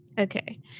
Okay